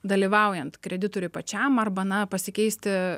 dalyvaujant kreditoriui pačiam arba na pasikeisti